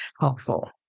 helpful